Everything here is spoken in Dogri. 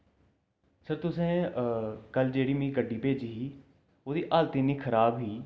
सर तुसें कल जेह्ड़ी मिकी गड्डी भेजी ही उ'दी हालत इन्नी खराब ही